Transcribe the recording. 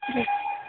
जी